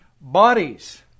bodies